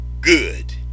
good